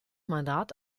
mandat